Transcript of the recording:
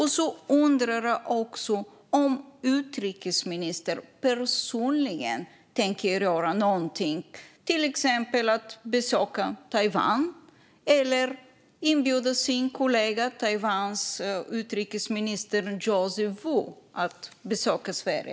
Jag undrar också om utrikesministern personligen tänker göra något, till exempel besöka Taiwan eller bjuda in Taiwans utrikesminister Joseph Wu att besöka Sverige.